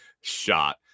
shot